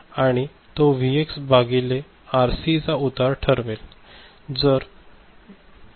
आणि तो व्हीएक्स भागिले आरसी चा उतार ठरवेल